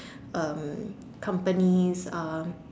um company's uh